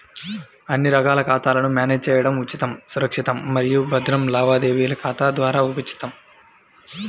అన్ని రకాల ఖాతాలను మ్యానేజ్ చేయడం ఉచితం, సురక్షితం మరియు భద్రం లావాదేవీల ఖాతా ద్వారా ఉచితం